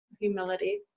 humility